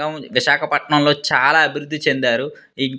విశాఖపట్నంలో చాలా అభివృద్ధి చెందారు ఇంకా